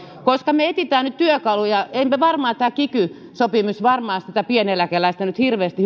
koska me etsimme nyt työkaluja eipä tämä kiky sopimus varmaan sitä pieneläkeläistä nyt hirveästi